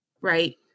right